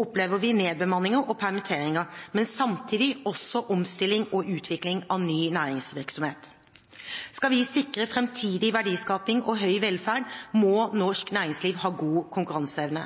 opplever vi nedbemanninger og permitteringer, men samtidig også omstilling og utvikling av ny næringsvirksomhet. Skal vi sikre framtidig verdiskaping og høy velferd, må norsk næringsliv ha god konkurranseevne.